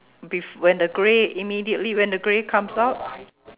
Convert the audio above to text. bef~ when the grey immediately when the grey comes out